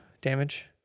damage